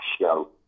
show